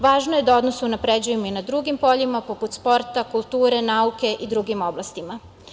Važno je da odnose unapređujemo i na drugim poljima poput sporta, kulture, nauke i drugim oblastima.